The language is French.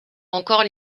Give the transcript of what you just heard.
encore